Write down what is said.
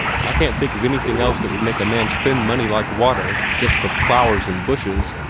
i can't think of anything else that would make a man spend money like water just for flowers and bushes.